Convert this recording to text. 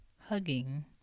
hugging